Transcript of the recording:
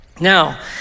Now